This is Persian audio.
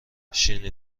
شیرینی